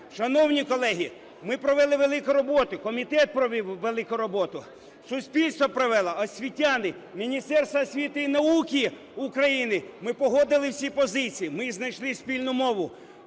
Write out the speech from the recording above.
Шановні колеги, ми провели велику роботу, комітет провів велику роботу, суспільство провело, освітяни, Міністерство освіти і науки України. Ми погодили всі позиції. Ми знайшли спільну мову